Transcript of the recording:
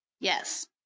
Yes